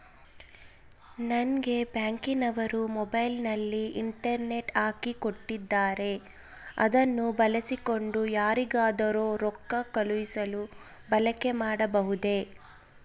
ನಂಗೆ ಬ್ಯಾಂಕಿನವರು ಮೊಬೈಲಿನಲ್ಲಿ ಇಂಟರ್ನೆಟ್ ಹಾಕಿ ಕೊಟ್ಟಿದ್ದಾರೆ ಅದನ್ನು ಬಳಸಿಕೊಂಡು ಯಾರಿಗಾದರೂ ರೊಕ್ಕ ಕಳುಹಿಸಲು ಬಳಕೆ ಮಾಡಬಹುದೇ?